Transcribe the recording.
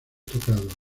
tocado